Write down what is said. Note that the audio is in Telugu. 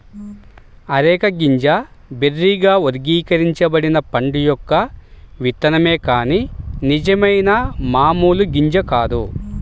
అరెక గింజ బెర్రీగా వర్గీకరించబడిన పండు యొక్క విత్తనమే కాని నిజమైన మామూలు గింజ కాదు